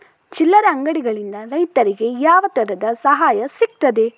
ಚಿಲ್ಲರೆ ಅಂಗಡಿಗಳಿಂದ ರೈತರಿಗೆ ಯಾವ ತರದ ಸಹಾಯ ಸಿಗ್ತದೆ?